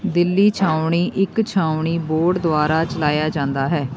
ਦਿੱਲੀ ਛਾਉਣੀ ਇੱਕ ਛਾਉਣੀ ਬੋਰਡ ਦੁਆਰਾ ਚਲਾਇਆ ਜਾਂਦਾ ਹੈ